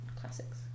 classics